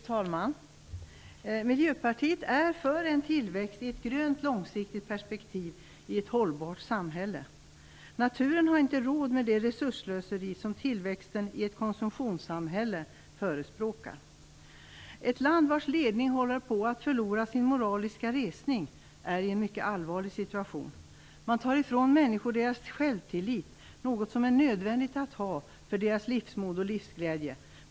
Fru talman! Miljöpartiet är för en tillväxt i ett grönt långsiktigt perspektiv i ett hållbart samhälle. Naturen har inte råd med det resursslöseri som tillväxten i ett konsumtionssamhälle förespråkar. Ett land vars ledning håller på att förlora sin moraliska resning är i en mycket allvarlig situation. Man tar ifrån människor deras självtillit, något som är nödvändingt att ha för deras livsmod och livsglädje.